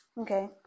Okay